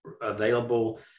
available